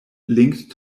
linked